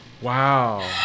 Wow